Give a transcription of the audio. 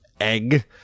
Egg